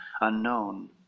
unknown